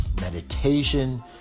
meditation